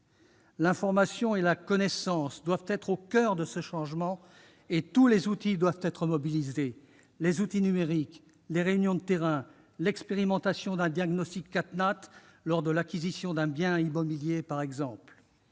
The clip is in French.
L'information et la connaissance doivent être au coeur de ce changement et tous les outils doivent être mobilisés : les outils numériques, les réunions de terrain ou l'expérimentation d'un diagnostic « Catnat » lors de l'acquisition d'un bien immobilier, par exemple.